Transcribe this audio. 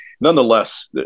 nonetheless